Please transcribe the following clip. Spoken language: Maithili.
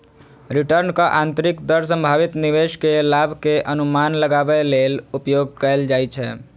रिटर्नक आंतरिक दर संभावित निवेश के लाभ के अनुमान लगाबै लेल उपयोग कैल जाइ छै